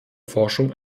forschung